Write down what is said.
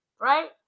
Right